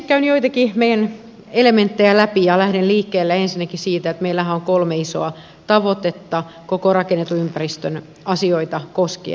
käyn joitakin meidän elementtejä läpi ja lähden liikkeelle ensinnäkin siitä että meillähän on kolme isoa tavoitetta koko rakennetun ympäristön asioita koskien